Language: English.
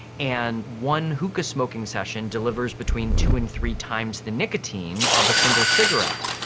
and one hookah-smoking session delivers between two and three times the nicotine of a single cigarette.